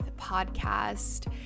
podcast